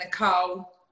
Nicole